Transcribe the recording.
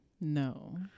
No